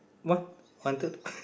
what wanted